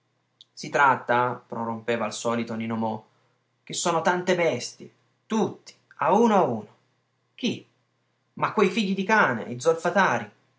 si tratta prorompeva al solito nino mo che sono tante bestie tutti a uno a uno chi ma quei figli di cane i zolfatari